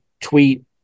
tweet